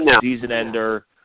season-ender